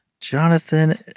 Jonathan